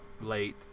late